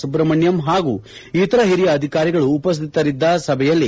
ಸುಬ್ರಹ್ಮಣ್ಯಂ ಹಾಗೂ ಇತರ ಹಿರಿಯ ಅಧಿಕಾರಿಗಳು ಉಪಸ್ಥಿತರಿದ್ದ ಸಭೆಯಲ್ಲಿ